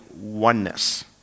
oneness